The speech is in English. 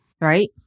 right